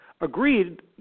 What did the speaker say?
agreed